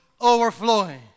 overflowing